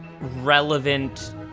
relevant